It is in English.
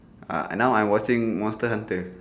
ah now I'm watching monster hunter